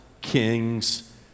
kings